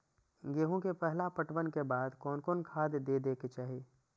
गेहूं के पहला पटवन के बाद कोन कौन खाद दे के चाहिए?